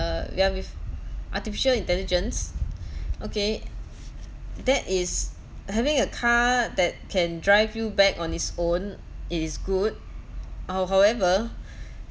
ya with artificial intelligence okay that is having a car that can drive you back on its own it is good how however